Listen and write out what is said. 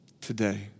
today